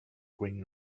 green